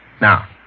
now